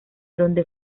donde